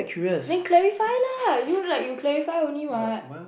then clarify lah you like you clarify only what